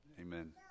Amen